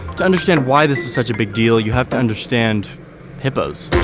to understand why this is such a big deal, you have to understand hippos.